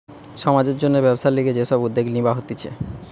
সমাজের জন্যে ব্যবসার লিগে যে সব উদ্যোগ নিবা হতিছে